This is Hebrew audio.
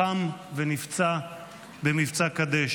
לחם ונפצע במבצע קדש.